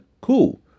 Cool